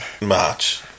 March